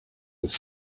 have